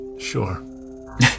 Sure